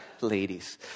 Ladies